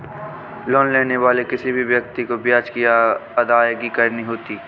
loan लेने वाले किसी भी व्यक्ति को ब्याज की अदायगी करनी होती है